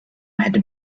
had